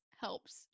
helps